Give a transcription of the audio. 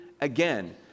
again